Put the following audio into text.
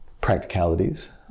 practicalities